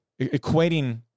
equating